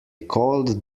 cold